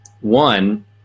one